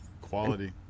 Quality